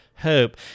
hope